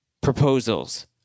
proposals